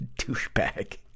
douchebag